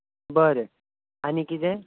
बरें आनी कितें